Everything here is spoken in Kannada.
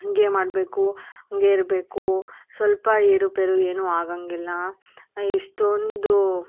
ಹಾಗೆ ಮಾಡಬೇಕು ಹಾಗೆ ಇರ್ಬೇಕು ಸ್ವಲ್ಪ ಏರುಪೇರು ಏನೂ ಆಗೋಂಗಿಲ್ಲ ಇಷ್ಟೊಂದು